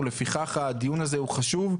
ולפיכך הדיון הזה הוא חשוב.